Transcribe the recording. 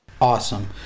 Awesome